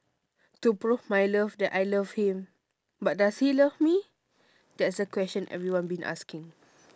to prove my love that I love him but does he love me that's the question that everyone been asking